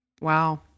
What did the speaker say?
Wow